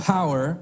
Power